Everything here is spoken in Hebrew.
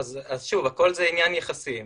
שוב, הכול זה עניין יחסי.